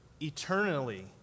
eternally